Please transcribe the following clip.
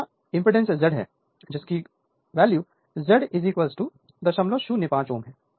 यहां impedance Z है जिसकी वैल्यू Z 005 Ω है